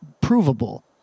provable